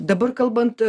dabar kalbant